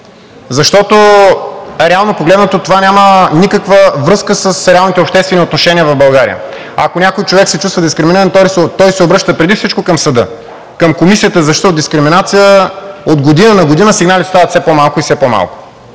защото, реално погледнато, това няма никаква връзка с реалните обществени отношения в България. Ако някой човек се чувства дискриминиран, той се обръща преди всичко към съда. Към Комисията за защита от дискриминация от година на година сигналите стават все по-малко и все по-малко,